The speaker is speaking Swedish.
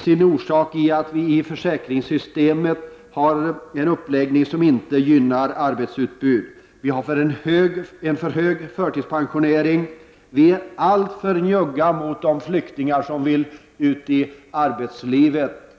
sin orsak i att försäkringssystemet har en uppläggning som inte gynnar arbetskraftsutbudet. Vi har en alltför omfattande förtidspensionering, och vi är alltför njugga mot de flyktingar som vill ut i arbetslivet.